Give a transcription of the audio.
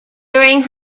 during